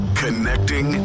Connecting